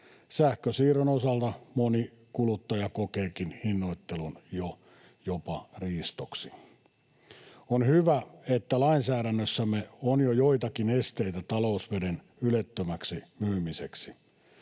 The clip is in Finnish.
Sähkönsiirron osalta moni kuluttaja kokeekin hinnoittelun jo jopa riistoksi. On hyvä, että lainsäädännössämme on jo joitakin esteitä talousveden ylettömäksi myymiseksi.